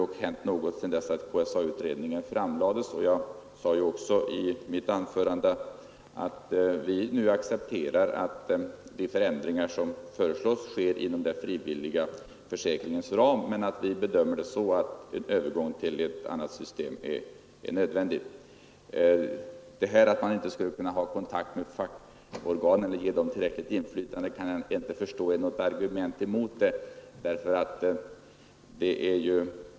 Det har ju hänt något sedan KSA-utredningens betänkande framlades, och jag sade också i mitt anförande att vi nu accepterar de förändringar som föreslås ske inom den frivilliga försäkringens ram men att vi bedömer det så att en övergång till ett annat system är nödvändig. Argumentet att man inte skulle kunna ha kontakt med fackorganen och ge dem tillräckligt inflytande kan jag inte förstå.